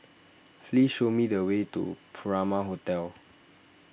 please show me the way to Furama Hotel